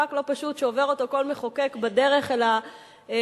מאבק לא פשוט שעובר אותו כל מחוקק בדרך אל החקיקה,